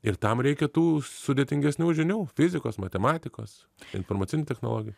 ir tam reikia tų sudėtingesnių žinių fizikos matematikos informacinių technologijų